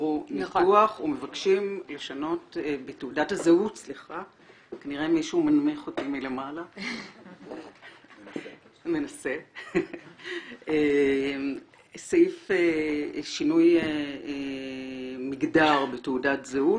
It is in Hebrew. עברו ניתוח ומבקשים לשנות סעיף שינוי מגדר בתעודת זהות.